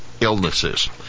illnesses